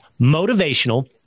motivational